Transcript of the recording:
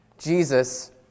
Jesus